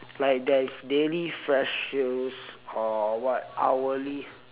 like there is daily flash sales or what hourly